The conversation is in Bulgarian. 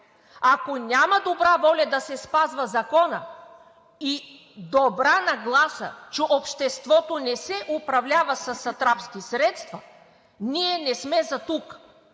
ако няма добра воля да се спазва законът и добра нагласа, че обществото не се управлява със сатрапски средства, ние не сме за тук.